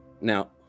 now